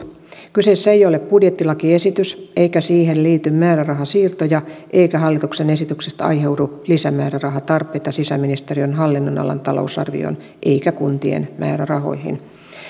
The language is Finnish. kyseessä ei ole budjettilakiesitys eikä siihen liity määrärahasiirtoja eikä hallituksen esityksestä aiheudu lisämäärärahatarpeita sisäministeriön hallinnonalan talousarvioon eikä kuntien määrärahoihin